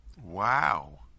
Wow